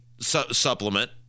supplement